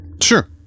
sure